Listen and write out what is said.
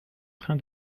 train